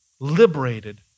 Liberated